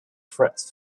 threat